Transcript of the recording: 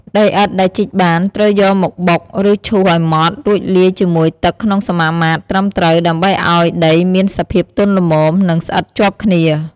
ដីឥដ្ឋដែលជីកបាន ត្រូវយកមកបុក ឬឈូសឱ្យម៉ដ្ឋ រួចលាយជាមួយទឹកក្នុងសមាមាត្រត្រឹមត្រូវ ដើម្បីឱ្យដីមានសភាពទន់ល្មម និងស្អិតជាប់គ្នា។